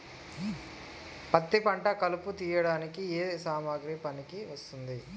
పత్తి పంట కలుపు తీయడానికి ఏ సామాగ్రి పనికి వస్తుంది?